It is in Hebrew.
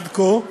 עד כה,